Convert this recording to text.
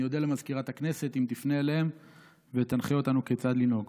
אני אודה למזכירת הכנסת אם תפנה אליהם ותנחה אותנו כיצד לנהוג.